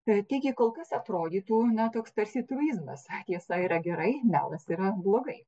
tai gi kol kas atrodytų na toks tarsi truizmas tiesa yra gerai melas yra blogai